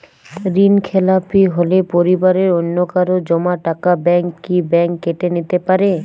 ঋণখেলাপি হলে পরিবারের অন্যকারো জমা টাকা ব্যাঙ্ক কি ব্যাঙ্ক কেটে নিতে পারে?